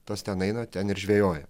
tas ten eina ten ir žvejoja